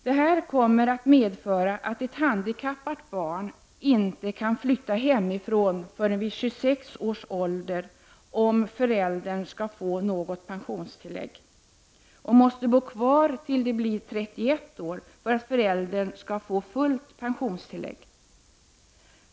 Detta kommer att medföra att ett handikappat barn inte kan flytta hemifrån förrän vid 26 års ålder, om föräldern skall få något pensionstillägg, och måste bo kvar till 31 års ålder för att föräldern skall få fullt pensionstillägg.